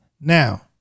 Now